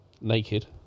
naked